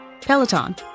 Peloton